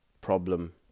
problem